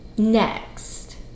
Next